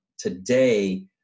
Today